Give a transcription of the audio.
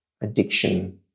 addiction